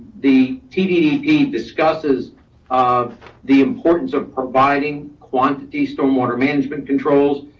the tddp discusses of the importance of providing quantity, stormwater management controls.